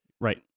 Right